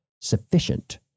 sufficient